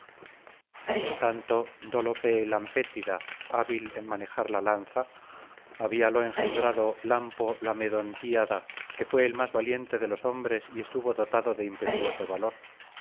en tanto dólope lampétida hábil en manejar la lanza habíalo engendrado lampo laomedontíada que fué el más valiente de los hombres y estuvo dotado de impetuoso valor